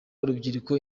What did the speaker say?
urubyiruko